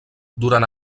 durant